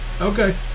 Okay